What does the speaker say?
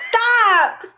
Stop